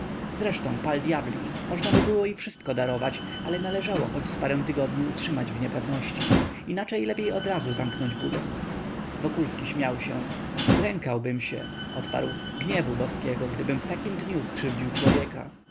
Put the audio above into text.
zresztą pal dyabli można mu było i wszystko darować ale należało choć z parę tygodni utrzymać w niepewności inaczej lepiej odrazu zamknąć budę wokulski śmiał się lękałbym się odparł gniewu boskiego gdybym w takim dniu skrzywdził człowieka